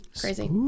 crazy